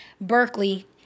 Berkeley